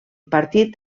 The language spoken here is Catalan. partit